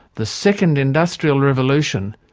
the second industrial revolution,